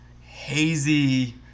hazy